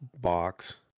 box